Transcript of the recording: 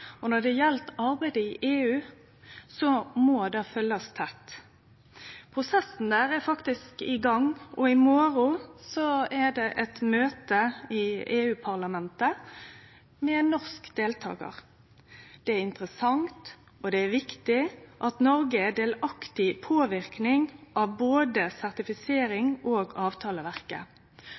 og når det gjeld arbeidet i EU, må det følgjast tett. Prosessen der er faktisk i gang, og i morgon er det eit møte i EU-parlamentet med norsk deltakar. Det er interessant og viktig at Noreg er delaktig i påverknaden av både sertifiseringa og avtaleverket.